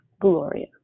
Gloria